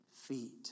feet